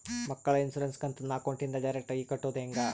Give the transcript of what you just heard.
ಮಕ್ಕಳ ಇನ್ಸುರೆನ್ಸ್ ಕಂತನ್ನ ಅಕೌಂಟಿಂದ ಡೈರೆಕ್ಟಾಗಿ ಕಟ್ಟೋದು ಹೆಂಗ?